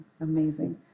amazing